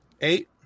Eight